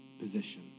position